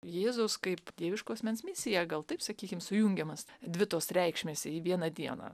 jėzaus kaip dieviško asmens misija gal taip sakykim sujungiamos dvi tos reikšmės į vieną dieną